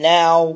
now